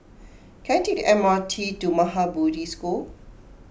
can I take M R T to Maha Bodhi School